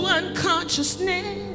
unconsciousness